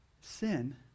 Sin